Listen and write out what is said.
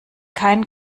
kein